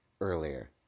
earlier